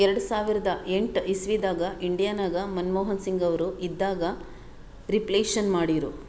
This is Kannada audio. ಎರಡು ಸಾವಿರದ ಎಂಟ್ ಇಸವಿದಾಗ್ ಇಂಡಿಯಾ ನಾಗ್ ಮನಮೋಹನ್ ಸಿಂಗ್ ಅವರು ಇದ್ದಾಗ ರಿಫ್ಲೇಷನ್ ಮಾಡಿರು